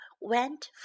went